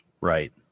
Right